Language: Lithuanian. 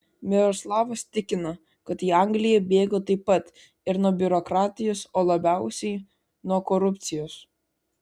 miroslavas tikina kad į angliją bėgo taip pat ir nuo biurokratijos o labiausiai nuo korupcijos